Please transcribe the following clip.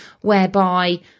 whereby